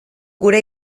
gure